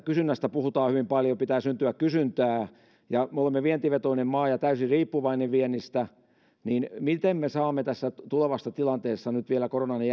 kysynnästä puhutaan hyvin paljon pitää syntyä kysyntää kun me olemme vientivetoinen maa ja täysin riippuvainen viennistä niin miten me saamme tässä tulevassa tilanteessa nyt vielä koronan